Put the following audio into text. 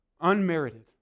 unmerited